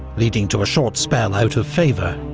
leading to a short spell out of favour.